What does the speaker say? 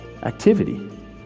activity